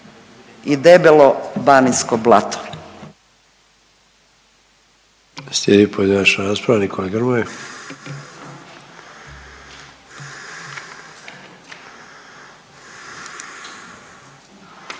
i debelo banijsko blato.